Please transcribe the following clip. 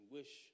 wish